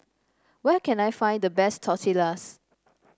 where can I find the best Tortillas